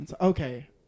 Okay